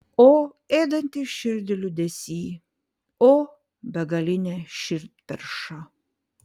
o ėdantis širdį liūdesy o begaline širdperša